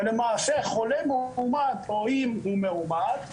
ולמעשה חולה מאומת או אם הוא מאומת,